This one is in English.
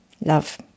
Love